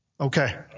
Okay